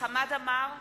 חמד עמאר,